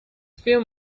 few